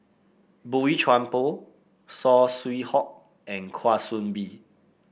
Boey Chuan Poh Saw Swee Hock and Kwa Soon Bee